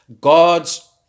god's